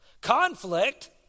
Conflict